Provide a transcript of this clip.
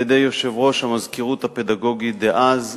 על-ידי יושב-ראש המזכירות הפדגוגית דאז,